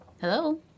Hello